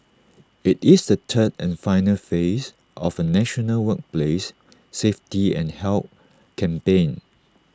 IT is the third and final phase of A national workplace safety and health campaign